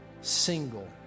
single